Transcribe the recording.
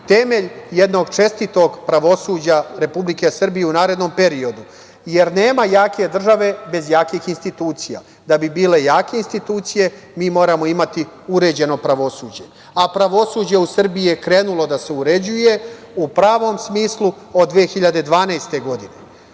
temelj jednog čestitog pravosuđa Republike Srbije u narednom periodu. Jer, nema jake države bez jakih institucija. Da bi bile jake institucije, mi moramo imati uređeno pravosuđe. A pravosuđe u Srbiji krenulo da se uređuje u pravom smislu od 2012. godine,